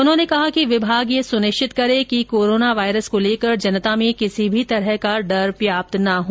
उन्होंने कहा कि विभाग ये सुनिश्चित करें कि कोरोना वायरस को लेकर जनता में किसी भी तरह का भय व्याप्त न हो